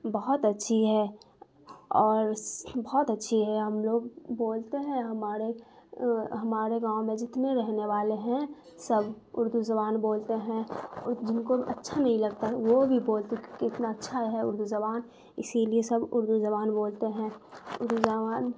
بہت اچھی ہے اور بہت اچھی ہے ہم لوگ بولتے ہیں ہماڑے ہمارے گاؤں میں جتنے رہنے والے ہیں سب اردو زبان بولتے ہیں اور جن کو اچھا نہیں لگتا ہے وہ بھی بولتے کہ کتنا اچھا ہے اردو زبان اسی لیے سب اردو زبان بولتے ہیں اردو زبان